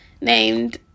named